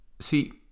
See